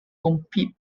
compete